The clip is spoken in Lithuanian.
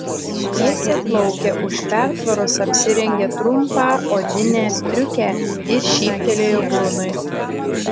šviesiaplaukė už pertvaros apsirengė trumpą odinę striukę ir šyptelėjo brunui